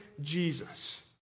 Jesus